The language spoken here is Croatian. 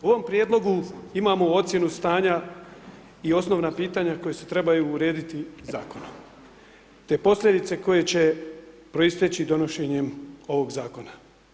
U ovom prijedlogu imamo ocjenu stanja i osnovna pitanja koje se trebaju urediti zakonom te posljedice koje će proisteći donošenjem ovog zakona.